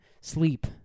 sleep